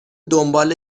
دنبال